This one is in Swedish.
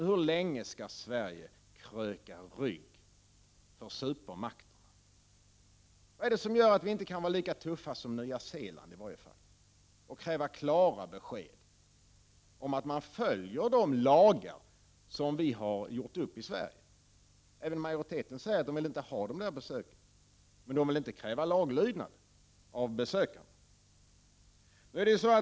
Hur länge skall Sverige kröka rygg för supermakterna? Vad är det som gör att vi inte kan vara lika tuffa som Nya Zeeland och kräva klara besked om att man följer de lagar vi i Sverige stiftat. Även majoriteten säger att man inte vill ha dessa besök, men man vill inte kräva laglydnad av besökarna.